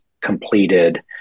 completed